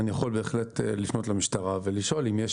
אני יכול בהחלט לפנות למשטרה ולשאול אם יש